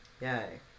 Yay